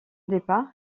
départ